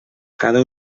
cada